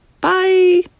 Bye